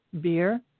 beer